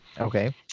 Okay